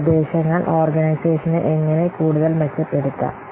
നിർദ്ദേശങ്ങൾ ഓർഗനൈസേഷനെ എങ്ങനെ കൂടുതൽ മെച്ചപ്പെടുത്താം